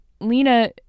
Lena